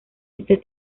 ese